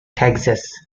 texas